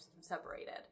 separated